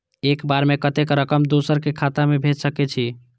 एक बार में कतेक रकम दोसर के खाता में भेज सकेछी?